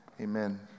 Amen